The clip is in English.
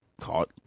caught